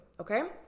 Okay